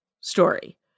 story